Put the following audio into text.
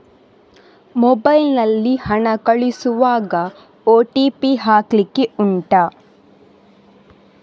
mobile ನಲ್ಲಿ ಹಣ ಕಳಿಸುವಾಗ ಓ.ಟಿ.ಪಿ ಹಾಕ್ಲಿಕ್ಕೆ ಉಂಟಾ